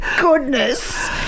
goodness